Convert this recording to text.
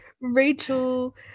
Rachel